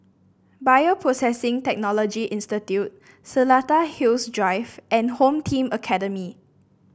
Bioprocessing Technology Institute Seletar Hills Drive and Home Team Academy